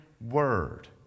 word